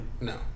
No